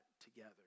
together